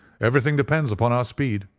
everything depends upon our speed.